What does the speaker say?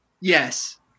Yes